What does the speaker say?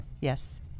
Yes